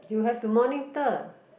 you have to monitor